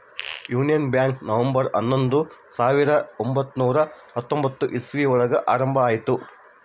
union Bank November ಹನ್ನೊಂದು ಸಾವಿರದ ಒಂಬೈನುರ ಹತ್ತೊಂಬತ್ತು ಇಸ್ವಿ ಒಳಗ ಆರಂಭ ಆಯ್ತು